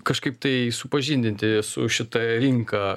kažkaip tai supažindinti su šita rinka